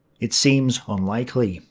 it seems unlikely.